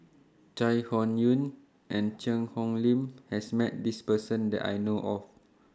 Chai Hon Yoong and Cheang Hong Lim has Met This Person that I know of